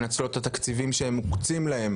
מנצלות את התקציבים הצנועים מידי שמוקצים להן,